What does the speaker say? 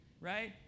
right